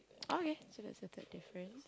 okay so that's the third difference